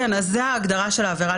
אבל זאת ההגדרה של העבירה,